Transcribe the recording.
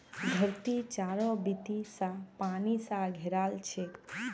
धरती चारों बीती स पानी स घेराल छेक